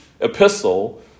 epistle